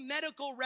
medical